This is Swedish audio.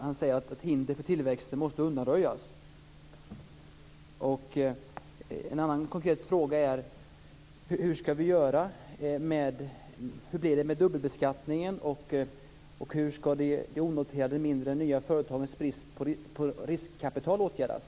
Han säger att hinder för tillväxt måste undanröjas. Hur blir det med dubbelbeskattningen, och hur skall de nya onoterade mindre företagens brist på riskkapital åtgärdas?